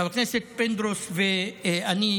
חבר הכנסת פינדרוס ואני,